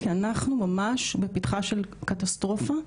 כי אנחנו ממש בפתחה של קטסטרופה.